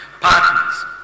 partners